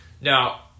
Now